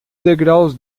degraus